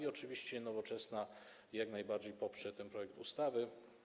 I oczywiście Nowoczesna jak najbardziej poprze ten projekt ustawy.